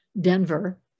Denver